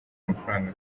amafaranga